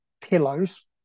pillows